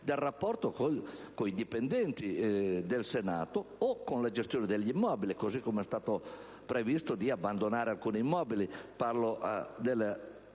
del rapporto con i dipendenti del Senato, o con la gestione degli immobili. È stato previsto di abbandonare alcuni immobili (parlo